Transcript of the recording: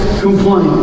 complain